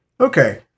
okay